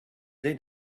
they